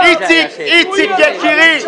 זה יאיר לפיד.